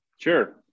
Sure